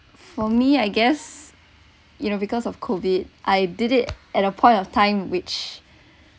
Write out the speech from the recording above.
for me I guess you know because of COVID I did it at a point of time which